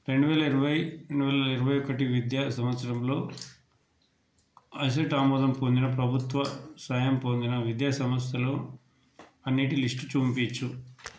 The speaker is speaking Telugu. రెండు వేల ఇరవై రెండు వేల ఇరవై ఒకటి విద్యా సంవత్సరంలో అజిట్ ఆమోదం పొందిన ప్రభుత్వ సహాయం పొందిన విద్యాసంస్థలు అన్నిటి లిస్టు చూపించు